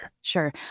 Sure